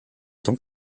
temps